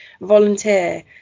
volunteer